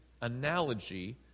analogy